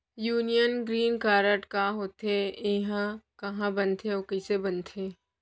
Union green card का होथे, एहा कहाँ बनथे अऊ कइसे बनथे?